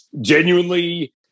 genuinely